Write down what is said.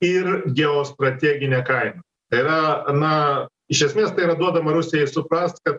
ir geostrateginę kainą tai yra na iš esmės tai yra duodama rusijai suprast kad